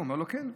הוא אומר לו: כן.